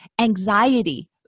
anxiety